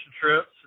trips